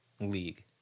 league